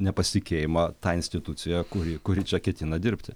nepasitikėjimą ta institucija kuri kuri čia ketina dirbti